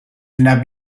denak